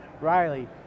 Riley